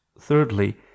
thirdly